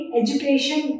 education